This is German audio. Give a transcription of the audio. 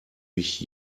mich